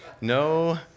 No